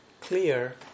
clear